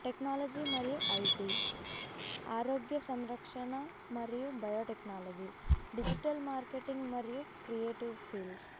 technology మరియు IT ఆరోగ్య సంరక్షణ మరియు బయోటెక్నాలజీ డిజిటల్ మార్కెటింగ్ మరియు క్రియేటివ్ ఫీల్డ్స్